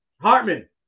Hartman